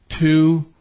two